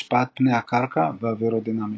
השפעת פני הקרקע ואווירודינמיקה.